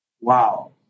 wow